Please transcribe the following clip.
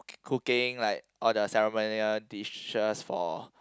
cooking like all the ceremonial dishes for